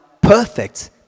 perfect